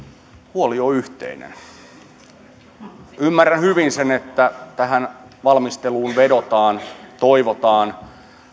huoli on yhteinen ymmärrän hyvin sen että tähän valmisteluun vedotaan toivotaan